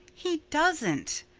he doesn't.